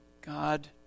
God